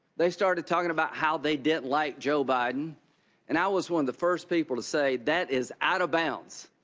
they started talking about how they didn't like joe biden and i was one of the first people to say that is out of bounds.